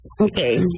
Okay